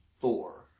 four